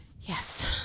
Yes